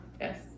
Yes